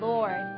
Lord